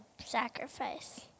sacrifice